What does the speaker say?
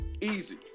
Easy